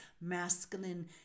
masculine